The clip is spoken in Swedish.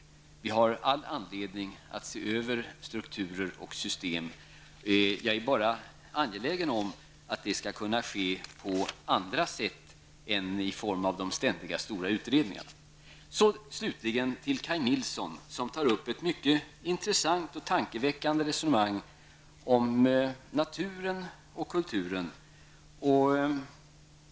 Vi har all anledning att se över strukturer och system. Jag är bara angelägen om att det skall kunna ske på annat sätt än i form av de ständiga stora utredningarna. Slutligen till Kaj Nilsson, som tar upp ett mycket intressant och tankeväckande resonemang om natur och kultur.